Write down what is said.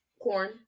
Corn